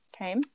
Okay